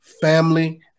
family